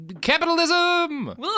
Capitalism